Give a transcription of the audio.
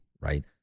right